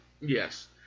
Yes